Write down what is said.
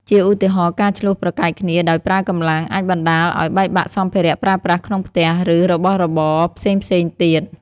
ជាឧទាហរណ៍ការឈ្លោះប្រកែកគ្នាដោយប្រើកម្លាំង អាចបណ្ដាលឲ្យបែកបាក់សម្ភារៈប្រើប្រាស់ក្នុងផ្ទះ ឬរបស់របរផ្សេងៗទៀត។